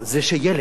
זה שילד